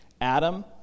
Adam